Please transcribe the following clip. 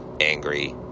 angry